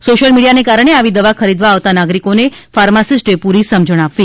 social મીડિયાને કારણે આવી દવા ખરીદવા આવતા નાગરિકોને ફાર્માસિસ્ટ એ પૂરી સમજણ આપવી